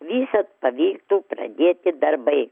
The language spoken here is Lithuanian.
visad pavyktų pradėti darbai